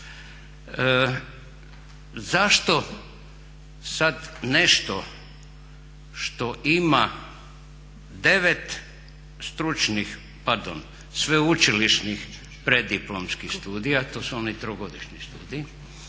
Zašto sad nešto što ima 9 stručnih, pardon sveučilišnih preddiplomskih studija, to su oni trogodišnji studiji,